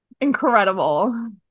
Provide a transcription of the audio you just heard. Incredible